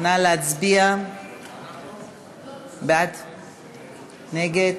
נא להצביע בעד או נגד.